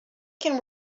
can